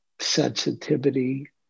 sensitivity